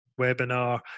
webinar